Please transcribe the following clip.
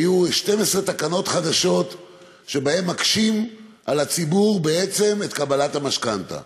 היו 12 תקנות חדשות שבהן מקשים על הציבור את קבלת המשכנתה,